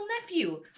nephew